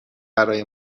برای